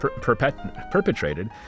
perpetrated